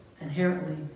inherently